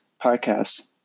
podcasts